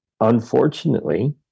Unfortunately